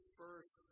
first